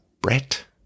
Brett